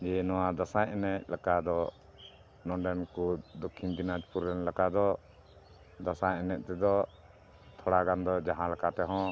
ᱡᱮ ᱱᱚᱣᱟ ᱫᱟᱥᱟᱸᱭ ᱮᱱᱮᱡ ᱞᱮᱠᱟ ᱫᱚ ᱱᱚᱰᱮᱱ ᱠᱚ ᱫᱚᱠᱠᱷᱤᱱ ᱫᱤᱱᱟᱡᱽᱯᱩᱨ ᱨᱮᱱ ᱞᱮᱠᱟ ᱫᱚ ᱫᱟᱸᱥᱟᱭ ᱮᱱᱮᱡ ᱛᱮᱫᱚ ᱛᱷᱚᱲᱟ ᱜᱟᱱ ᱫᱚ ᱡᱟᱦᱟᱸ ᱞᱮᱠᱟ ᱛᱮᱦᱚᱸ